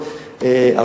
וכשאתה סומך עליו,